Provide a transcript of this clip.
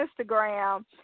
Instagram